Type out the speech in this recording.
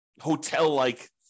hotel-like